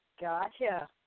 Gotcha